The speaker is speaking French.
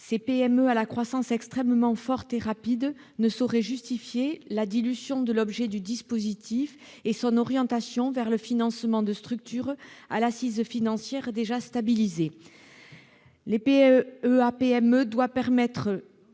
ces PME à la croissance extrêmement forte et rapide, ne saurait en effet justifier la dilution de l'objet du dispositif et son orientation vers le financement de structures à l'assise financière déjà stabilisée. Le PEA-PME doit permettre